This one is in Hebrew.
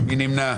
מי נמנע?